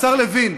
השר לוין,